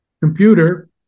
computer